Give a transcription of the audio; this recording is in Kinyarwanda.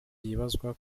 vyibazwa